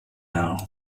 now